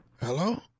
Hello